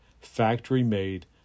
factory-made